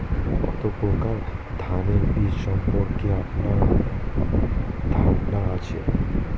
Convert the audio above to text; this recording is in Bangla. কত প্রকার ধানের বীজ সম্পর্কে আপনার ধারণা আছে?